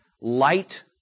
light